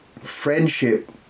friendship